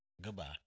Goodbye